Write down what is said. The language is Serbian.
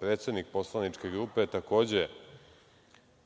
predsednik Poslaničke grupe, takođe